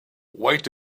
wait